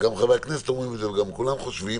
גם חברי הכנסת אומרים את זה וגם כולם חושבים,